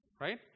Right